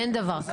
אין דבר כזה.